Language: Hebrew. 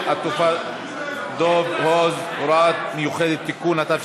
התעופה דב הוז (הוראות מיוחדות) (תיקון),